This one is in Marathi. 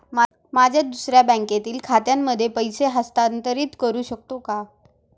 माझ्या दुसऱ्या बँकेतील खात्यामध्ये पैसे हस्तांतरित करू शकतो का?